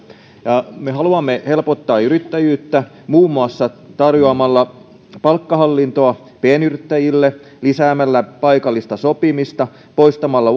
me haluamme helpottaa yrittäjyyttä muun muassa tarjoamalla palkkahallintoa pienyrittäjille lisäämällä paikallista sopimista poistamalla